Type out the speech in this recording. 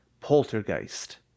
Poltergeist